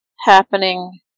happening